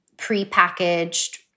Pre-packaged